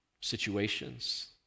situations